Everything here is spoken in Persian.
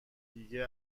دیگه